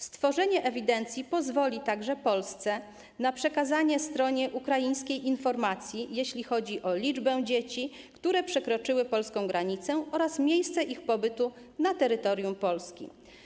Stworzenie ewidencji pozwoli także Polsce na przekazanie stronie ukraińskiej informacji, jeśli chodzi o liczbę dzieci, które przekroczyły polską granicę, oraz miejsce ich pobytu na terytorium Polski.